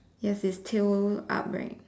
yes it's tail up right